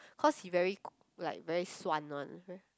cause he very like very suan one